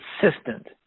consistent